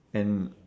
and